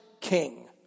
king